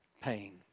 pain